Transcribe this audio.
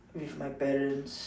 with my parents